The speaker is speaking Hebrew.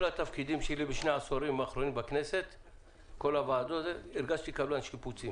התפקידים שלי בשני העשורים האחרונים בכנסת הרגשתי קבלן שיפוצים